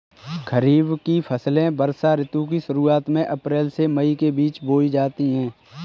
खरीफ की फसलें वर्षा ऋतु की शुरुआत में अप्रैल से मई के बीच बोई जाती हैं